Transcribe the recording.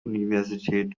universität